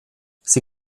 sie